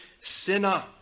sinner